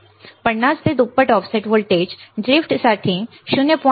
50 ते दुप्पट offset voltage ड्रिफ्टसाठी 0